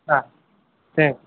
হ্যাঁ হ্যাঁ